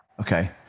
Okay